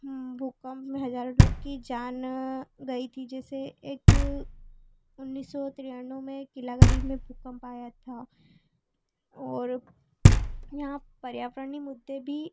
भूकंप में हज़ारों लोगों की जान गई थी जिसे एक उन्नीस सौ तिरानवे में कीला गड़ी में भूकंप आया था और यहाँ पर्यावरणीय मुद्दे भी